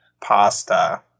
Pasta